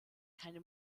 keine